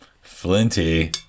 flinty